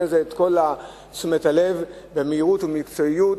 לזה את כל תשומת הלב במהירות ובמקצועיות.